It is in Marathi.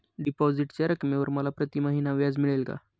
डिपॉझिटच्या रकमेवर मला प्रतिमहिना व्याज मिळेल का?